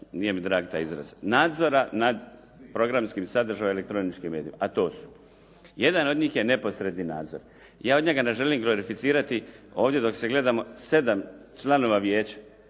nije mi drag taj izraz, nadzora nad programskim sadržajem elektroničkih medija a to su. Jedan od njih je neposredni nadzor. Ja od njega ne želim glorificirati ovdje dok se gledamo sedam članova vijeća.